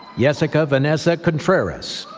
yessica vanessa contreras.